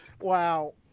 Wow